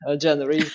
January